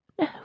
No